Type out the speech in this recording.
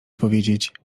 powiedzieć